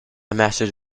muttered